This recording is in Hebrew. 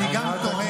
אני גם תוהה,